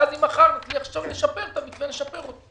ואם מחר נוכל לשפר את המתווה - לשפר אותו.